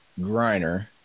Griner